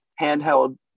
handheld